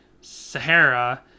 Sahara